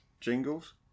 jingles